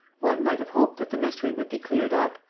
one might have hoped that the mystery would be cleared up,